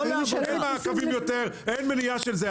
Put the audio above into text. אין יותר מעקבים ואין מניעה של זה.